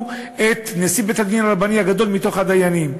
את נשיא בית-הדין הרבני הגדול מתוך הדיינים.